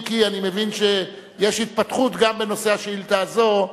אם כי אני מבין שיש התפתחות גם בנושא השאילתא הזאת,